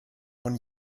von